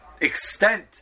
extent